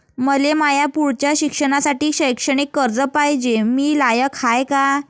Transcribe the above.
मले माया पुढच्या शिक्षणासाठी शैक्षणिक कर्ज पायजे, मी लायक हाय का?